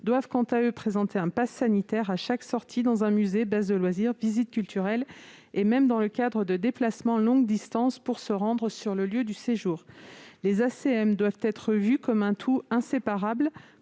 doivent quant à eux présenter un passe sanitaire, à chaque sortie dans un musée, une base de loisirs, ou un lieu culturel, et même dans le cadre des déplacements de longue distance nécessaires pour se rendre sur le lieu du séjour. Les ACM doivent être vus comme un tout inséparable